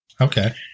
Okay